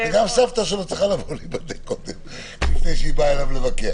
וגם סבתא שלו צריכה לבוא להיבדק לפני שהיא באה לבקר.